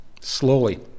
slowly